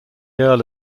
earl